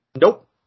Nope